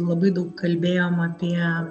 labai daug kalbėjom apie